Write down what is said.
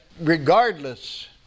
regardless